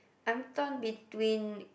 I'm torn between